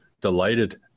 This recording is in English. delighted